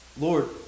Lord